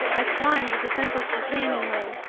i climbed the central companionway,